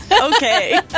Okay